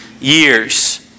years